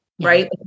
Right